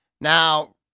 Now